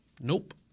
Nope